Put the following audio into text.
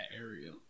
area